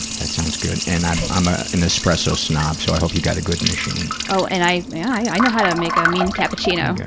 that sounds good. and i'm i'm ah an espresso snob, so i hope you've got a good machine. oh, and i, yeah, i know how to make a mean cappuccino.